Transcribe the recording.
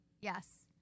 Yes